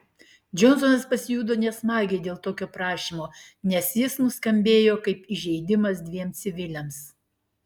džonsonas pasijuto nesmagiai dėl tokio prašymo nes jis nuskambėjo kaip įžeidimas dviem civiliams